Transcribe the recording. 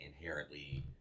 inherently